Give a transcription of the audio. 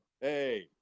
Hey